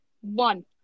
one